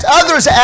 others